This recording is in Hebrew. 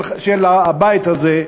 של הבית הזה,